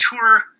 tour